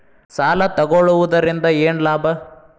ಸಾಲ ತಗೊಳ್ಳುವುದರಿಂದ ಏನ್ ಲಾಭ?